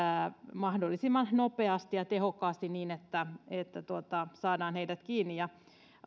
mahdollisimman nopeasti ja tehokkaasti niin että että saadaan heidät kiinni ja